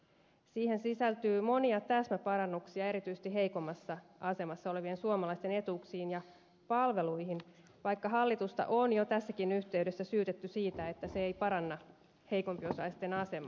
siihen sisältyy monia täsmäparannuksia erityisesti heikommassa asemassa olevien suomalaisten etuuksiin ja palveluihin vaikka hallitusta on jo tässäkin yhteydessä syytetty siitä että se ei paranna heikompiosaisten asemaa